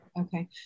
Okay